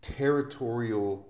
territorial